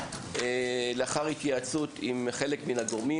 לאחר התייעצות עם חלק מהגורמים,